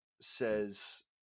says